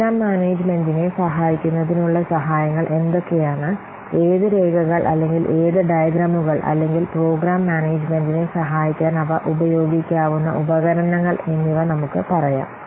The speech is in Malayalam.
പ്രോഗ്രാം മാനേജ്മെന്റിനെ സഹായിക്കുന്ന ഉപകരണങ്ങൾ എന്തൊക്കെയാണ് ഏത് രേഖകൾ അല്ലെങ്കിൽ ഏത് ഡയഗ്രാമുകൾ അല്ലെങ്കിൽ പ്രോഗ്രാം മാനേജുമെന്റിനെ സഹായിക്കാൻ അവ ഉപയോഗിക്കാവുന്ന ഉപകരണങ്ങൾ എന്നിവ നമുക്ക് പറയാം